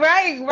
Right